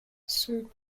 son